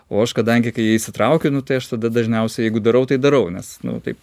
o aš kadangi kai įsitraukiu nu tai aš tada dažniausiai jeigu darau tai darau nes taip